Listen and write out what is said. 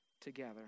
together